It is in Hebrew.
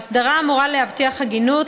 האסדרה אמורה להבטיח הגינות,